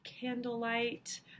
candlelight